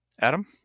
Adam